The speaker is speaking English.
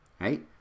right